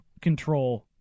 control